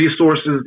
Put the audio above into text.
resources